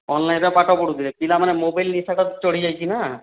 ଅନଲାଇନ୍ରେ ପାଠ ପଢୁଥିଲେ ପିଲାମାନଙ୍କର ମୋବାଇଲ୍ ନିଶାଟା ଚଢ଼ି ଯାଇଛି ନା